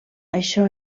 això